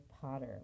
potter